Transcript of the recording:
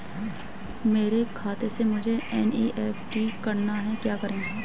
मेरे खाते से मुझे एन.ई.एफ.टी करना है क्या करें?